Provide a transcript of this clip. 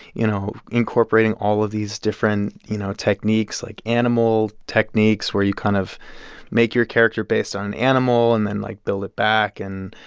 you know, incorporating all of these different, you know, techniques, like animal techniques where you kind of make your character based on an animal and then, like, build it back. and,